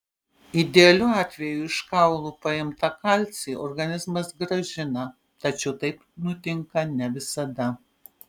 idealiu atveju iš kaulų paimtą kalcį organizmas grąžina tačiau taip nutinka ne visada